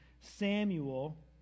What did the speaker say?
Samuel